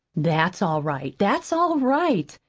that's all right that's all right,